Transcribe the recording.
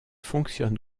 fonctionne